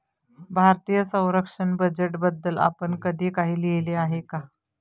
भारतीय संरक्षण बजेटबद्दल आपण कधी काही लिहिले आहे का?